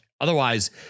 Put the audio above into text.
Otherwise